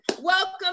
welcome